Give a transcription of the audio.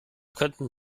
könnten